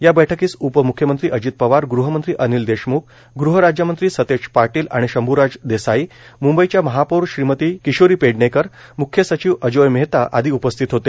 या बैठकीस उपम्ख्यमंत्री अजित पवार गृहमंत्री अनिल देशम्ख गृहराज्यमंत्री सतेज पाटील आणि शंभूराज देसाई म्ंबईच्या महापौर किशोरी पेडणेकर म्ख्य सचिव अजोय मेहता आदी उपस्थित होते